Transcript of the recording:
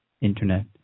internet